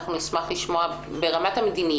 נשמח לשמוע מה התהליך שעושה שירות בתי הסוהר ברמת המדיניות.